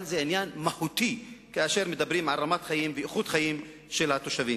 אבל זה עניין מהותי כאשר מדברים על רמת חיים ואיכות חיים של התושבים.